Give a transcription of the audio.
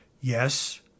yes